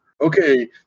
Okay